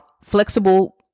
flexible